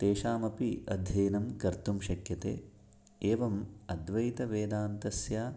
तेषामपि अध्ययनं कर्तुं शक्यते एवम् अद्वैतवेदान्तस्य